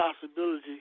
possibility